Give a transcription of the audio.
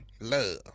love